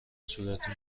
صورتی